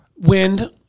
Wind